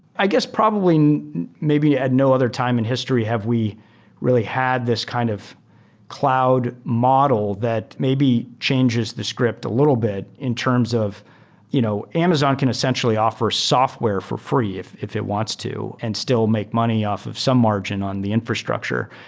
i guess probably maybe no other time in history have we really had this kind of cloud model that maybe changes the script a little bit in terms of you know amazon can essentially offer software for free, if if it wants to, and still make money off of some margin on the infrastructure.